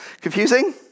Confusing